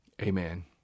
Amen